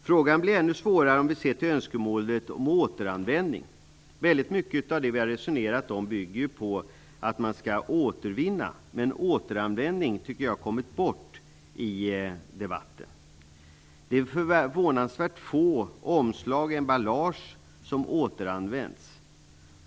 Frågan blir ännu svårare om vi ser till önskemålet om återanvändning. Väldigt mycket av det vi har resonerat om bygger på att man skall återvinna, men återanvändningen tycker jag har kommit bort i debatten. Det är förvånansvärt få omslag och emballage som återanvänds.